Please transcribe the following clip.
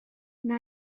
wna